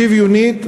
שוויונית,